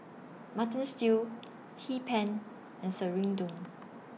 Mutton Stew Hee Pan and Serunding